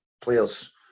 players